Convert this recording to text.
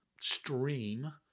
stream